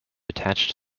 attached